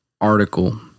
article